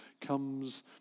comes